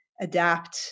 adapt